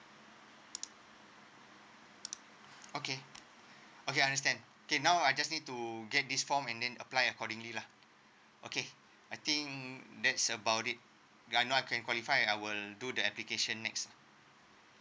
okay okay understand okay now I just need to get this form and then apply accordingly lah okay I think that's about it I know I can qualify I will do the application next